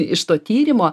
iš to tyrimo